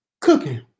cooking